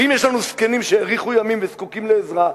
ואם יש לנו זקנים שהאריכו ימים וזקוקים לעזרה,